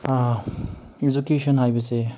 education ꯍꯥꯏꯕꯁꯦ